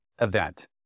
event